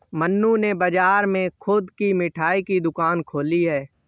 मन्नू ने बाजार में खुद की मिठाई की दुकान खोली है